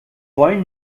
wollen